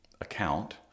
account